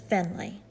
Finley